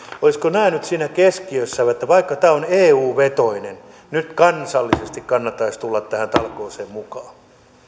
nämä nyt siinä keskiössä että vaikka tämä on eu vetoinen nyt kansallisesti kannattaisi tulla tähän talkooseen mukaan